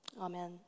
Amen